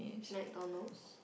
McDonald's